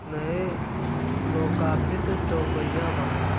नए लोकार्पित चौपहिया वाहन